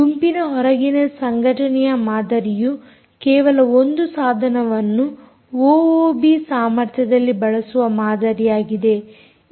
ಗುಂಪಿನ ಹೊರಗಿನ ಸಂಘಟನೆಯ ಮಾದರಿಯು ಕೇವಲ ಒಂದು ಸಾಧನವನ್ನು ಓಓಬಿ ಸಾಮರ್ಥ್ಯದಲ್ಲಿ ಬಳಸುವ ಮಾದರಿಯಾಗಿದೆ